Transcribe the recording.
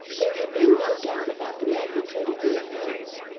there had been no doubt about the magnitude of the offence.